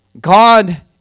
God